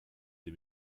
dem